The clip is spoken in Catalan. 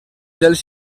dels